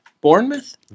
Bournemouth